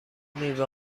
میوه